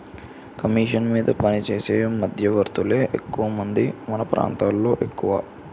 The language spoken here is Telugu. కమీషన్ మీద పనిచేసే మధ్యవర్తులే ఎక్కువమంది మన ప్రాంతంలో ఎక్కువ